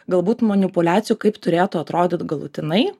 galbūt manipuliacijų kaip turėtų atrodyt galutinai